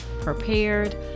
prepared